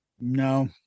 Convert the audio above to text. No